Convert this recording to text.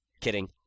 Kidding